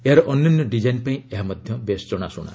ଏହାର ଅନନ୍ୟ ଡିଜାଇନ୍ ପାଇଁ ଏହା ମଧ୍ୟ ଜଣାଶୁଣା